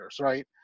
right